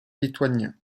lituanien